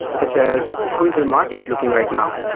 such as who's the market looking right now?